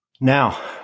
now